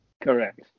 Correct